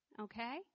Okay